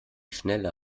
schnelle